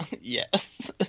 Yes